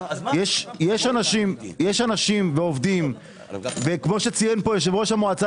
יש אנשים ועובדים וכפי שציין יושב-ראש המועצה